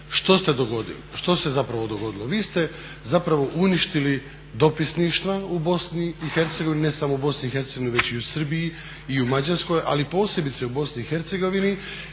nije dogodilo. Što se zapravo dogodilo? Vi ste zapravo uništili dopisništva u BiH, ne samo u BiH već i u Srbiji i u Mađarskoj ali posebice u BiH